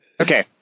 Okay